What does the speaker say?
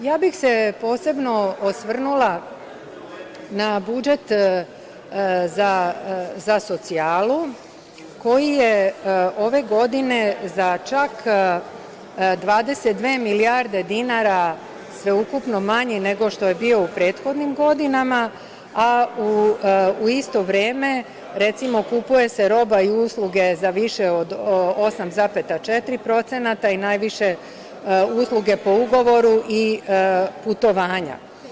Posebno bih se osvrnula na budžet za socijalu, koji je ove godine za čak 22 milijarde dinara sveukupno manji nego što je bio u prethodnim godinama, a u isto vreme, recimo, kupuju se roba i usluge za više od 8,4% i najviše usluge po ugovoru i putovanja.